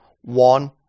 one